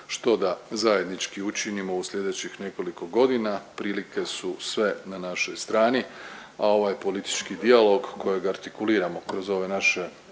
što da zajednički učinimo u sljedećih nekoliko godina. Prilike su sve na našoj strani, a ovaj politički dijalog kojeg artikuliramo kroz ove naše